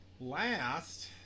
last